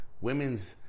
women's